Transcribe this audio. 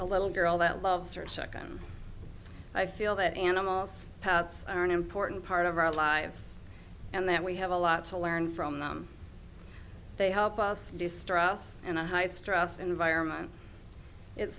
the little girl that loves her second i feel that animals paths are an important part of our lives and that we have a lot to learn from them they help us do straus and a high stress environment it